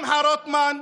שמחה רוטמן,